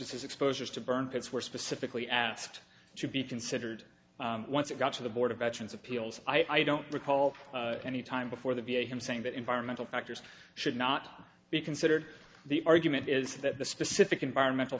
as his exposures to burn pits were specifically asked to be considered once it got to the board of veterans appeals i don't recall any time before the v a him saying that environmental factors should not be considered the argument is that the specific environmental